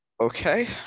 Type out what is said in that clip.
Okay